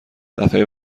دفعه